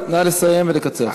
אבל נא לסיים ולקצר.